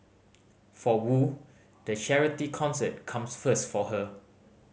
for Wu the charity concert comes first for her